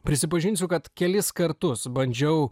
prisipažinsiu kad kelis kartus bandžiau